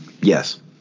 Yes